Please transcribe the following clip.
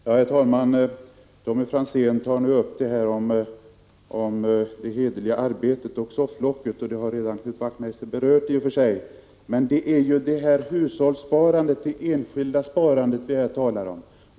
Herr talman! Tommy Franzén tog upp ett resonemang om det hederliga arbetet och sofflocket, något som redan har berörts av Knut Wachtmeister. Jag vill dock peka på att det här är det enskilda sparandet, hushållssparandet, som vi talar om.